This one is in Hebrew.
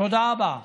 תודה רבה.